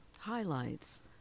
highlights